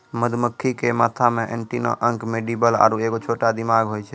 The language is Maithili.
मधुमक्खी के माथा मे एंटीना अंक मैंडीबल आरु एगो छोटा दिमाग होय छै